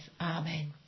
Amen